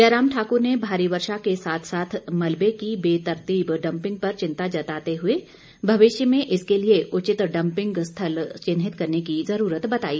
जयराम ठाकुर ने भारी वर्षा के साथ साथ मलबे की बेतरतीब डंपिंग पर चिंता जताते हुए भविष्य में इसके लिए उचित डंपिंग स्थल चिन्हित करने की जरूरत बताई